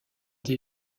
des